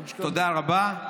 תודה רבה.